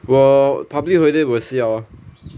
我 public holiday 我也是要 ah